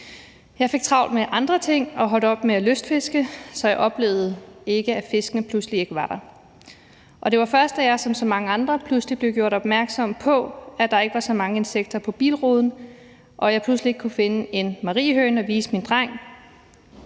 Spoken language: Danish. Jeg fik travlt med andre ting og holdt op med at lystfiske, så jeg oplevede ikke, at fiskene pludselig ikke var der. Det var først, da jeg som så mange andre pludselig blev gjort opmærksom på, at der ikke var så mange insekter på bilruden, da jeg pludselig ikke kunne finde en mariehøne at vise min dreng,